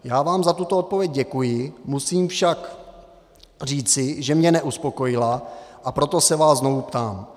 Já vám za tuto odpověď děkuji, musím však říci, že mě neuspokojila, a proto se vás znovu ptám.